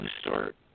start